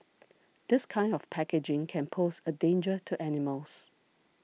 this kind of packaging can pose a danger to animals